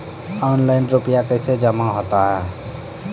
Online रुपये कैसे जमा होता हैं?